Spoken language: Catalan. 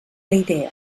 idea